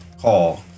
call